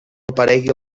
aparegui